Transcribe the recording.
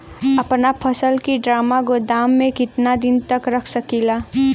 अपना फसल की ड्रामा गोदाम में कितना दिन तक रख सकीला?